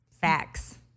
Facts